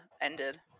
ended